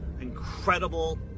incredible